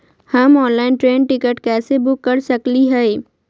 हम online train ticket कैसे book कर सकली हई?